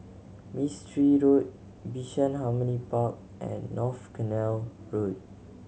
Mistri Road Bishan Harmony Park and North Canal Road